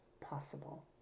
possible